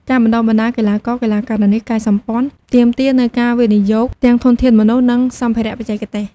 ការបណ្តុះបណ្តាលកីឡាករ-កីឡាការិនីកាយសម្ព័ន្ធទាមទារនូវការវិនិយោគទាំងធនធានមនុស្ស និងសម្ភារៈបច្ចេកទេស។